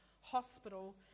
hospital